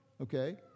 Okay